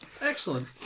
excellent